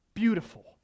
beautiful